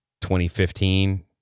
2015